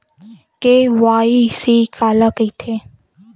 KYC काला कइथे?